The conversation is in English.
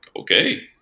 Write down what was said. okay